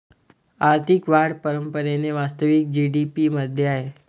आर्थिक वाढ परंपरेने वास्तविक जी.डी.पी मध्ये आहे